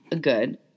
good